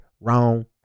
Wrong